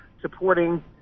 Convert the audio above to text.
supporting